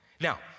Now